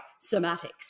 somatics